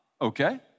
okay